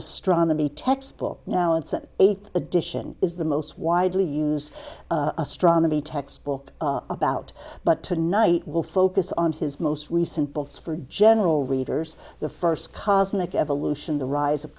astronomy textbook now it's an eight edition is the most widely used astronomy textbook about but tonight will focus on his most recent books for general readers the first cosmic evolution the rise of